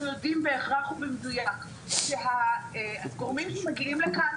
יודעים בהכרח ובמדויק שהגורמים שמגיעים לכאן,